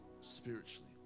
spiritually